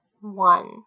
One